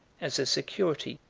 as a security,